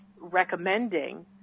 recommending